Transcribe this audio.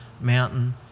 mountain